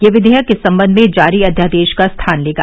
यह विधेयक इस संबंध में जारी अध्यादेश का स्थान लेगा